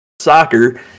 soccer